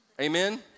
Amen